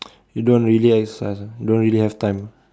you don't really exercise ah you don't really have time